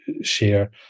share